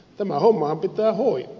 tämä hommahan pitää hoitaa